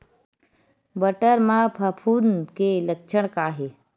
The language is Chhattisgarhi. बटर म फफूंद के लक्षण का हे?